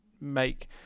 make